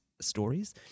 stories